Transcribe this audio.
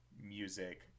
music